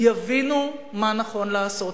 יבינו מה נכון לעשות.